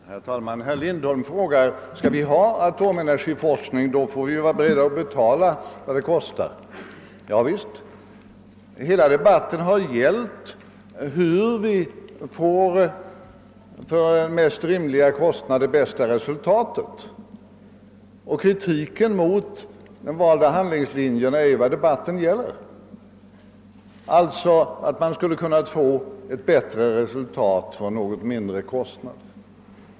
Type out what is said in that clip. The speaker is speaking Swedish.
Herr talman! Herr Lindholm förklarar att skall vi ha atomenergiforskning får vi vara beredda att betala vad den kostar. Ja visst! Hela debatten har gällt hur vi till rimligaste kostnad kan få det bästa resultatet. Kritiken mot den valda handlingslinjen går just ut på att man skulle ha kunnat få bättre resultat för något mindre kostnader.